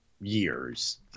years